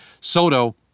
Soto